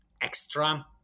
extra